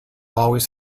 always